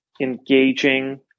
engaging